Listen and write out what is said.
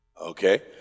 Okay